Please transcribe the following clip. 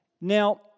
Now